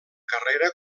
carrera